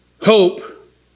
Hope